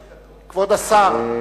לא מכובד, כבוד השר.